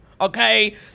okay